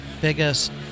biggest